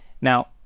Now